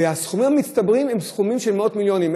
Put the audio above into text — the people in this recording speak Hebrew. והסכומים המצטברים הם סכומים של מאות מיליונים.